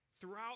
Throughout